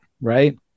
right